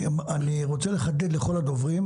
אני רוצה לחדד לכל הדוברים: